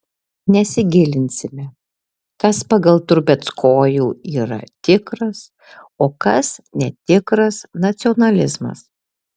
nesigilinsime kas pagal trubeckojų yra tikras o kas netikras nacionalizmas